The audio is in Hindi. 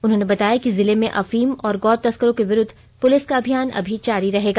उन्होंने बताया कि जिले में अफीम और गौ तस्करों के विरुद्व पुलिस का अभियान अभी जारी रहेगा